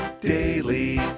Daily